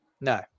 No